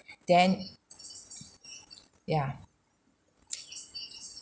then ya